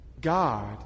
God